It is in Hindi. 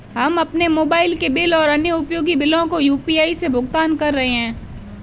हम अपने मोबाइल के बिल और अन्य उपयोगी बिलों को यू.पी.आई से भुगतान कर रहे हैं